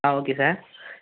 ah okay sir